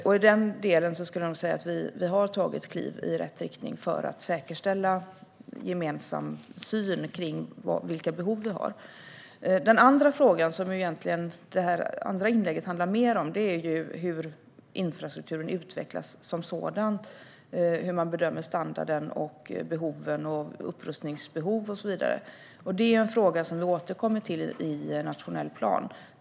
I den delen har vi tagit kliv i rätt riktning för att säkerställa en gemensam syn på vilka behov vi har. Den andra frågan, som det andra inlägget handlar mer om, är hur infrastrukturen som sådan utvecklas och hur man bedömer standarden, upprustningsbehoven och så vidare. Det är en fråga som vi återkommer till i den nationella planen.